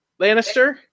Lannister